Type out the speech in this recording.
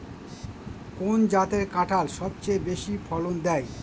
কোন জাতের কাঁঠাল সবচেয়ে বেশি ফলন দেয়?